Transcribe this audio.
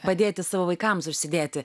padėti savo vaikams užsidėti